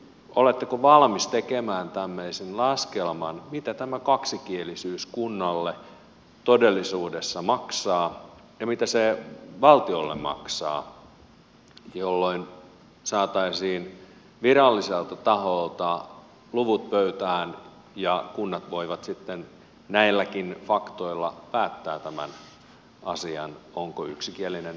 oletteko valmis tekemään tämmöisen laskelman mitä tämä kaksikielisyys kunnalle todellisuudessa maksaa ja mitä se valtiolle maksaa jolloin saataisiin viralliselta taholta luvut pöytään ja kunnat voisivat sitten näilläkin faktoilla päättää tämän asian sen ovatko yksikielisiä vai kaksikielisiä